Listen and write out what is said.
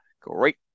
great